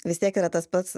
vis tiek yra tas pats